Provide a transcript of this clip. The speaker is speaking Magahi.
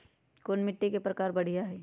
कोन मिट्टी के प्रकार बढ़िया हई?